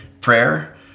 Prayer